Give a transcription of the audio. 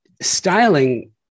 styling